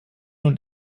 und